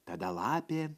tada lapė